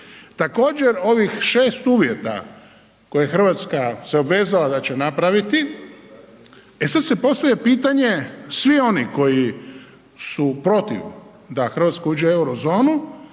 Također ovih 6 uvjeta koje je Hrvatska se obvezala da će napraviti, e sad se postavlja pitanje svi oni koji su protiv da Hrvatska uđe u euro zonu,